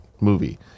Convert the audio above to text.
movie